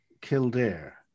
Kildare